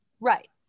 right